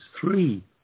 three